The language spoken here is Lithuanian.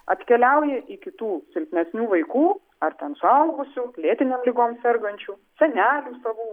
atkeliauja į kitų silpnesnių vaikų ar ten suaugusių lėtinėm ligom sergančių senelių savų